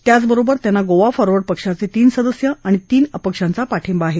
त्याचबरोबर त्यांना गोवा फॉरवर्ड पक्षाचे तीन सदस्य आणि तीन अपक्षांचा पाठिंबा आहे